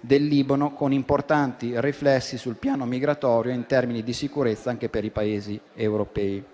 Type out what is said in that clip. del Libano, con importanti riflessi sul piano migratorio e in termini di sicurezza anche per i Paesi europei.